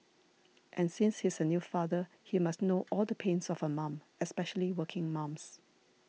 and since he's a new father he must know all the pains of a mum especially working mums